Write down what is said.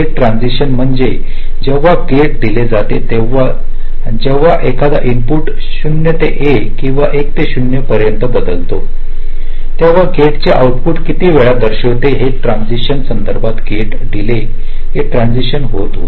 gate transition म्हणजे जेव्हा gate दिले जाते तेव्हा जेव्हा एखादा इनपुट 0 ते 1 किंवा 1 ते 0 पर्यंत बदलतो तेव्हा गेटचे आउटपुट किती वेळ दर्शवितो की ट्रान्सिशन संदर्भात गेट डीले हे ट्रान्सिशन होते